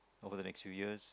over the next few years